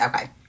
Okay